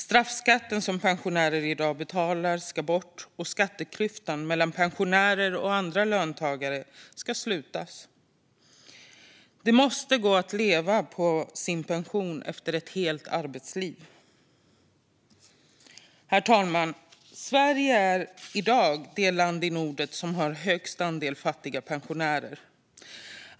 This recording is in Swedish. Straffskatten som pensionärer i dag betalar ska bort, och skatteklyftan mellan pensionärer och andra löntagare ska slutas. Det måste gå att leva på sin pension efter ett helt arbetsliv. Herr ålderspresident! Sverige är i dag det land i Norden som har högst andel fattiga pensionärer.